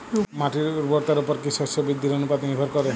মাটির উর্বরতার উপর কী শস্য বৃদ্ধির অনুপাত নির্ভর করে?